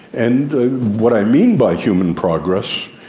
and what i mean by human progress,